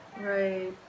Right